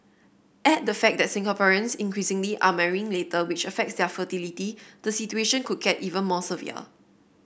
add the fact that Singaporeans increasingly are marrying later which affects their fertility the situation could get even more severe